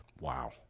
Wow